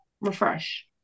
Refresh